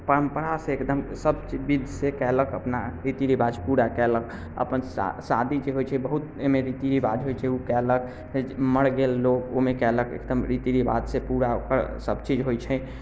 परम्परासँ एकदम सभ बिधसँ कयलक अपना रीति रिवाज पूरा कयलक अपन सा शादी जे होइ छै अइमे बहुत रीति रिवाज होइ छै उ कयलक मरि गेल लोक ओइमे कयलक एकदम रीति रिवाजसँ पूरा ओकर सभ चीज होइ छै